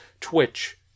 Twitch